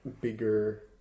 bigger